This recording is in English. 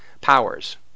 powers